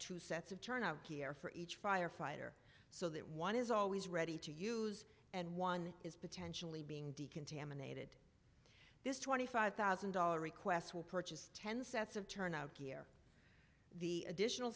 two sets of turnout gear for each firefighter so that one is always ready to use and one is potentially being decontaminated this twenty five thousand dollar request will purchase ten sets of turnout gear the additional